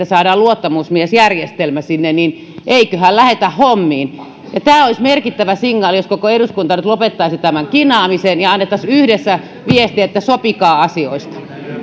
saadaan luottamusmiesjärjestelmä sinne niin eiköhän lähdetä hommiin tämä olisi merkittävä signaali jos koko eduskunta nyt lopettaisi tämän kinaamisen ja annettaisiin yhdessä viesti että sopikaa asioista jaaha